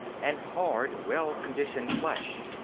and hard, well-conditioned flesh.